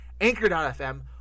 Anchor.fm